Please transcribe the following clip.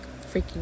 freaking